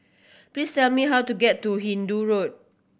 please tell me how to get to Hindoo Road